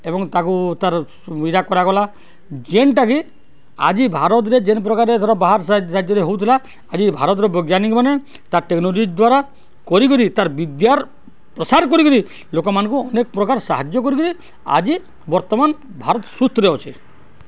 ଏବଂ ତାକୁ ତା'ର ସୁବିଧା କରାଗଲା ଯେନ୍ଟାକି ଆଜି ଭାରତରେ ଯେନ୍ ପ୍ରକାରରେ ଏଥର ବାହାର ରାଜ୍ୟରେ ହଉଥିଲା ଆଜି ଭାରତର ବୈଜ୍ଞାନିକମାନେ ତା ଟେକ୍ନୋଲୋଜି ଦ୍ୱାରା କରିକିରି ତାର୍ ବିଦ୍ୟାର ପ୍ରସାର କରିକିରି ଲୋକମାନଙ୍କୁ ଅନେକ ପ୍ରକାର ସାହାଯ୍ୟ କରିକିରି ଆଜି ବର୍ତ୍ତମାନ ଭାରତ ସୁସ୍ଥରେ ଅଛେ